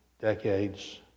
decades